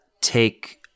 take